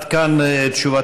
עד כאן תשובתו.